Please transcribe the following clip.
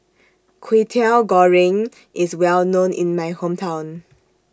Kwetiau Goreng IS Well known in My Hometown